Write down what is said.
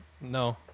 No